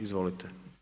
Izvolite.